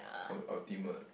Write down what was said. oh ultimate